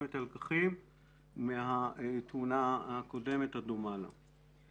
את הלקחים מהתמונה הקודמת או דומה לה.